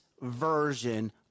version